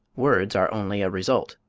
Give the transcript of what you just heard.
words are only a result.